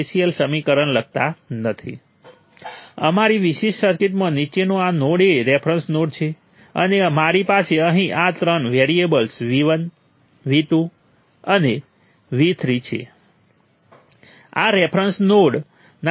તેથી આ પ્રક્રિયાના અંતે તમારી પાસે તમામ બ્રાન્ચ વોલ્ટેજ અને તમામ બ્રાન્ચ કરંટો હશે અલબત્ત સખત ભાગમાં આ બે સ્ટેપનો સમાવેશ થાય છે